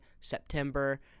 September